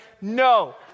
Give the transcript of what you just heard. No